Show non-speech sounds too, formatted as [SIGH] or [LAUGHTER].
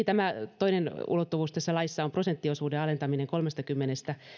[UNINTELLIGIBLE] tämä toinen ulottuvuus tässä laissa on prosenttiosuuden alentaminen kolmestakymmenestä